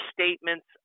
statements